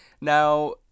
Now